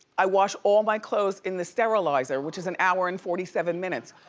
i wash all my clothes in the sterilizer, which is an hour and forty seven minutes.